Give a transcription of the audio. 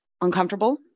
uncomfortable